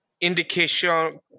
Indication